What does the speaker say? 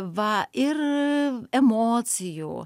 va ir emocijų